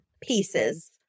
Pieces